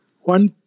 One